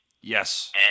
Yes